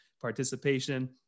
Participation